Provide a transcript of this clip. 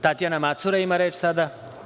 Tatjana Macura ima reč sada.